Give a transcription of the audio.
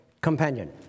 companion